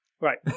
Right